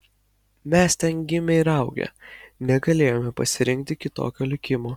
mes ten gimę ir augę negalėjome pasirinkti kitokio likimo